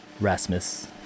rasmus